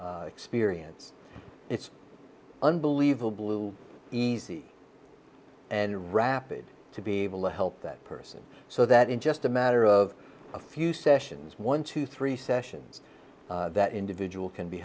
related experience it's unbelievable easy and rapid to be able to help that person so that in just a matter of a few sessions one to three sessions that individual can be